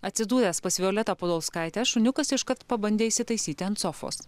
atsidūręs pas violetą podolskaitę šuniukas iškart pabandė įsitaisyti ant sofos